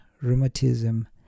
rheumatism